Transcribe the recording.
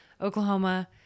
oklahoma